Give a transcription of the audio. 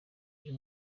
uyu